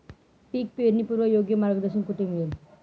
पीक पेरणीपूर्व योग्य मार्गदर्शन कुठे मिळेल?